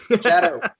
Shadow